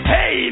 Hey